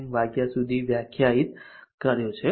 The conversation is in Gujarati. m વાગ્યા સુધી વ્યાખ્યાયિત કર્યો છે